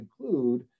include